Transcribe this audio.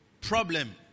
problem